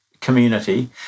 community